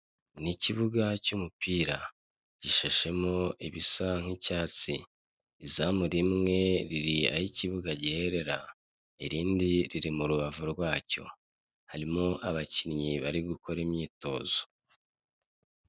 Ni ikibuga cy'umupira gishashemo ibisa nk'icyatsi. Izamu rimwe riri aho ikibuga giherera. Irindi riri mu rubavu rwacyo. Harimo abakinnyi bari gukora imyitozo.